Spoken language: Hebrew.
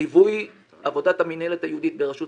ליווי עבודת המינהלת הייעודית בראשות